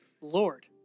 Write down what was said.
Lord